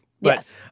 Yes